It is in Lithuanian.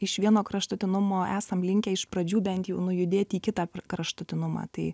iš vieno kraštutinumo esam linkę iš pradžių bent jau nujudėti į kitą kraštutinumą tai